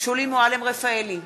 שולי מועלם-רפאלי,